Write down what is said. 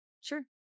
sure